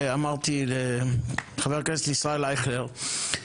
אמרתי לחבר הכנסת ישראל אייכלר,